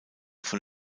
von